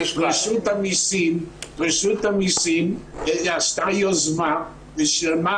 אני חושבת שאולי אנחנו בכל מקרה נעשה להם ועדות,